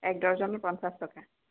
এক ডৰ্জনত পঞ্চাছ টকা